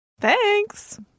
Thanks